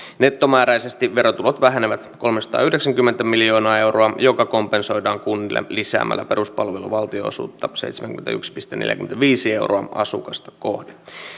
nettomääräisesti verotulot vähenevät kolmesataayhdeksänkymmentä miljoonaa euroa mikä kompensoidaan kunnille lisäämällä peruspalvelujen valtionosuutta seitsemänkymmentäyksi pilkku neljäkymmentäviisi euroa asukasta kohden